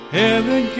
heaven